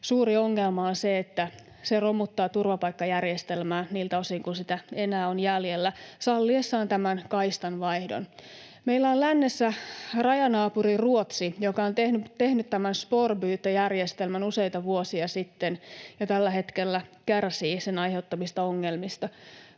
tämän kaistanvaihdon romuttaa turvapaikkajärjestelmää niiltä osin, kun sitä enää on jäljellä. Meillä on lännessä rajanaapuri Ruotsi, joka on tehnyt tämän spårbyte-järjestelmän useita vuosia sitten ja tällä hetkellä kärsii sen aiheuttamista ongelmista.